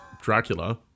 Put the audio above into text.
Dracula